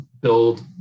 build